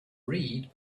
read